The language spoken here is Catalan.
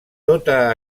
tota